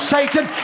Satan